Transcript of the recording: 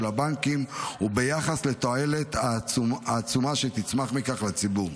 הבנקים וביחס לתועלת העצומה שתצמח מכך לציבור.